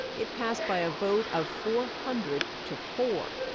it passed by a vote of four hundred to four.